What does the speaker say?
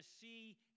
see